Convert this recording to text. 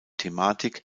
thematik